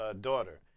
daughter